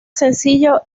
sencillo